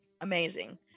amazing